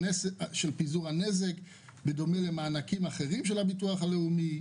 הנזק בדומה למענקים אחרים של הביטוח הלאומי?